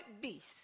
beast